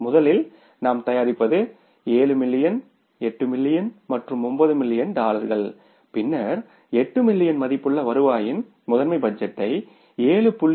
முதலில் நாம் தயாரிப்பது 7 மில்லியன் 8 மில்லியன் மற்றும் 9 மில்லியன் டாலர்கள் பின்னர் 8 மில்லியன் மதிப்புள்ள வருவாயின் மாஸ்டர் பட்ஜெட்டை 7